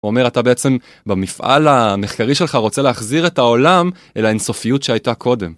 הוא אומר אתה בעצם במפעל המחקרי שלך רוצה להחזיר את העולם אל האינסופיות שהייתה קודם.